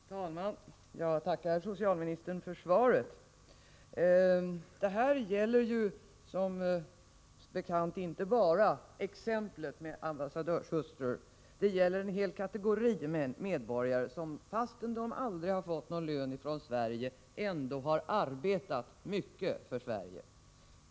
Herr talman! Jag tackar socialministern för svaret. Frågan gäller som bekant inte bara ambassadörshustrur utan en hel kategori medborgare som, fastän de aldrig fått någon lön från Sverige, ändå arbetat mycket för Sverige.